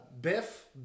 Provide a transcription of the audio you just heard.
Biff